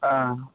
আহ